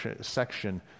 section